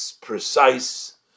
precise